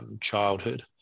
childhood